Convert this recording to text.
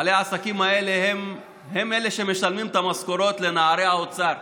בעלי העסקים האלה הם אלה שמשלמים את המשכורות לנערי האוצר,